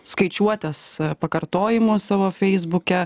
skaičiuotės pakartojimo savo feisbuke